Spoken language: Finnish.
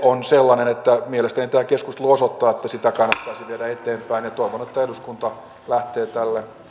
on tämä kampanjakattoasia mielestäni tämä keskustelu osoittaa että sitä kannattaisi viedä eteenpäin toivon että eduskunta lähtee tälle